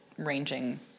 ranging